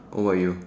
what you